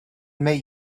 make